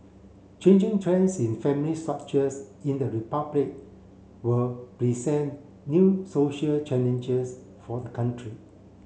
changing trends in family structures in the Republic will present new social challenges for the country